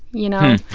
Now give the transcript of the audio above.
you know?